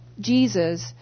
Jesus